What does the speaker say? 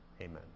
Amen